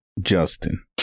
Justin